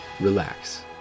relax